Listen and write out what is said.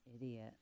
idiot